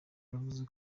yavuze